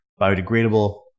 biodegradable